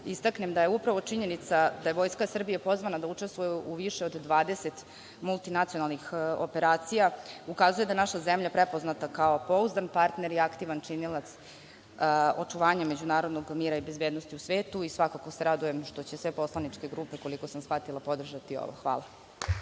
istaknem da je upravo činjenica da je Vojska Srbije pozvana da učestvuje u više od 20 multinacionalnih operacija, ukazuje da je naša zemlja prepoznata kao pouzdan partner i aktivan činilac očuvanja međunarodnog mira i bezbednosti u svetu. Svakako se radujem što će sve poslaničke grupe koliko sam shvatila podržati ovo. Hvala.